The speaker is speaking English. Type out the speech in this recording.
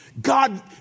God